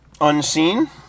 Unseen